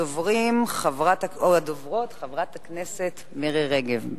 הדוברת הראשונה, חברת הכנסת מירי רגב.